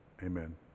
Amen